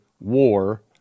war